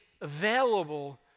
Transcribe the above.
available